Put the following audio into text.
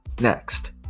next